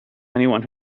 anyone